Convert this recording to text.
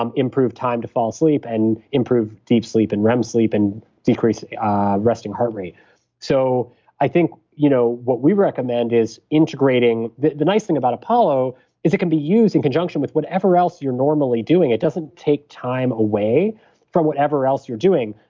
um improve time to fall asleep, and improve deep sleep and rem sleep, and decrease resting heart rate so you know what we recommend is integrating. the the nice thing about apollo is it can be used in conjunction with whatever else you're normally doing. it doesn't take time away from whatever else you're doing.